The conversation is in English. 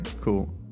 cool